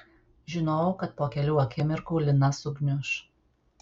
žinojau kad po kelių akimirkų lina sugniuš